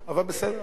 אבל בסדר, אוקיי.